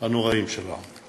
הנוראים של העוני.